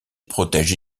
protège